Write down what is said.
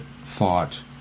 thought